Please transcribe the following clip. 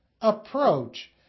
approach